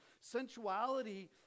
Sensuality